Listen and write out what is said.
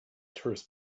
tourists